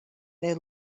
they